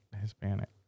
Hispanic